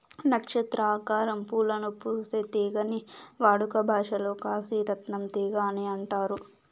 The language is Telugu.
నక్షత్ర ఆకారం పూలను పూసే తీగని వాడుక భాషలో కాశీ రత్నం తీగ అని అంటారు